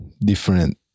different